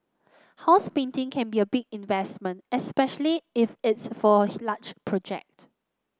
house painting can be a big investment especially if it's for a large project